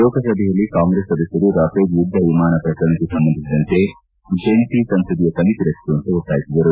ಲೋಕಸಭೆಯಲ್ಲಿ ಕಾಂಗ್ರೆಸ್ ಸದಸ್ದರು ರಫೇಲ್ ಯುದ್ದ ವಿಮಾನ ಶ್ರಕರಣಕ್ಕೆ ಸಂಬಂಧಿಸಿದಂತೆ ಜಂಟಿ ಸಂಸದೀಯ ಸಮಿತಿ ರಚಿಸುವಂತೆ ಒತ್ತಾಯಿಸಿದರು